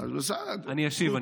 אני אשיב.